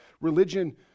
religion